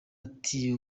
ati